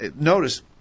notice